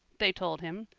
they told him,